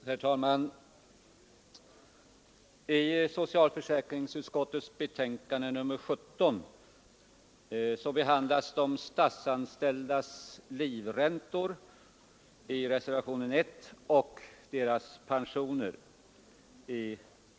Herr talman! I reservationen 1 till skatteutskottets betänkande nr 17 behandlas frågan om de statsanställdas livräntor och i reservationen 2 frågan om de statsanställdas pensioner.